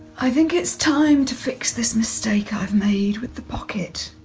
i think it's time to fix this mistake i've made with the pocket.